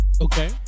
Okay